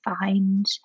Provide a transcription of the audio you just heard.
find